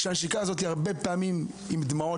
הנשיקה הזאת היא הרבה פעמים עם דמעות